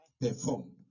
perform